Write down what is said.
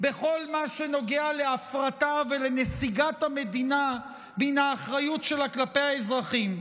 בכל מה שנוגע להפרטה ולנסיגת המדינה מן האחריות שלה כלפי האזרחים.